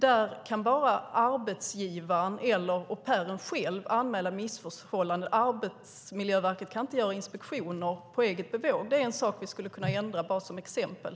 Där kan bara arbetsgivaren eller au pairen själv anmäla missförhållanden. Arbetsmiljöverket kan inte göra inspektioner på eget bevåg. Det är en sak vi skulle kunna ändra, bara som exempel.